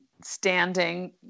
standing